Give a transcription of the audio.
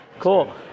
Cool